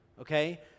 okay